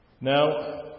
Now